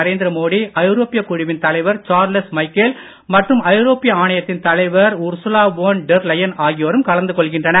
நரேந்திரமோடி ஐரோப்பிய குழுவின் தலைவர் சார்லஸ் மைக்கேல் மற்றும் ஐரோப்பிய ஆணையத்தின் தலைவர் உர்சுலாவோன் டெர் லெயன் ஆகியோரும் கலந்து கொள்கின்றனர்